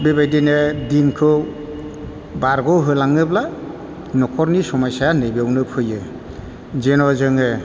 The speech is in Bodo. बेबायदिनो दिनखौ बारग' होलाङोब्ला न'खरनि सम'यस्याआ नैबेयावनो फैयो जेन' जोङो